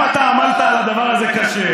גם אתה עמלת על הדבר הזה קשה,